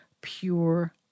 pure